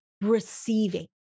receiving